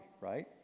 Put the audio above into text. right